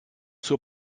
zur